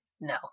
No